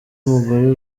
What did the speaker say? mugore